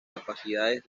capacidades